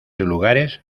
lugares